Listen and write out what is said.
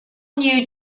new